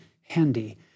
handy